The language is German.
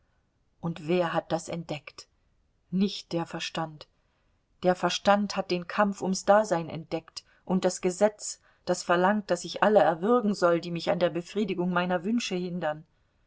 und wer hat das entdeckt nicht der verstand der verstand hat den kampf ums dasein entdeckt und das gesetz das verlangt daß ich alle erwürgen soll die mich an der befriedigung meiner wünsche hindern